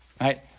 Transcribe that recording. Right